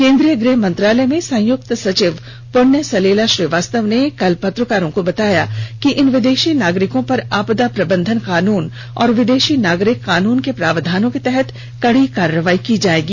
केन्द्रीय गृह मंत्रालय में संयुक्त सचिव पुण्य सलिला श्रीवास्तव ने कल पत्रकारों को बताया कि इन विदेशी नागरिकों पर आपदा प्रबंधन कानून और विदेशी नागरिक कानून के प्रावधानों के तहत कड़ी कार्रवाई की जायेगी